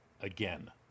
again